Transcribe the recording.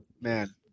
Man